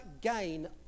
gain